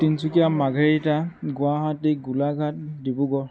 Tinsukia Margherita Guwahati Golaghat Dibrugarh